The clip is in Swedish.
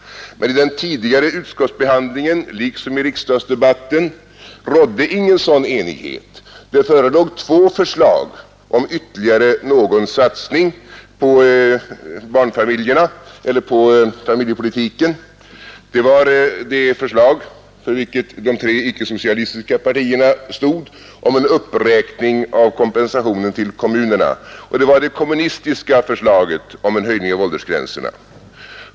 Men i den tidigare utskottsbehandlingen liksom i riksdagsdebatten rådde ingen sådan enighet. Det förelåg två förslag om ytterligare någon satsning på familjepolitiken. Det var det förslag för vilket de tre icke-socialistiska partierna stod om en uppräkning av kompensationen till kommunerna och det var det kommunistiska förslaget om en höjning av åldersgränserna.